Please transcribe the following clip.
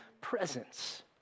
presence